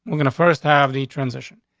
we're gonna first have the transition.